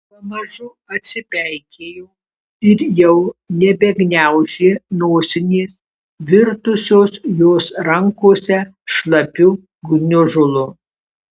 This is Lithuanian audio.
pamažu atsipeikėjo ir jau nebegniaužė nosinės virtusios jos rankose šlapiu gniužulu